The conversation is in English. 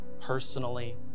personally